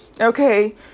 Okay